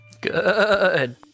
Good